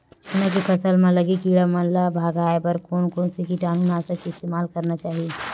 चना के फसल म लगे किड़ा मन ला भगाये बर कोन कोन से कीटानु नाशक के इस्तेमाल करना चाहि?